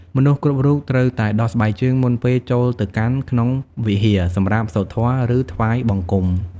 មនុស្សគ្រប់រូបត្រូវតែដោះស្បែកជើងមុនពេលចូលទៅកាន់ក្នុងវិហារសម្រាប់សូត្រធម៌ ឬថ្វាយបង្គំ។